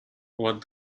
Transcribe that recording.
what